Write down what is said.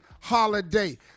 holiday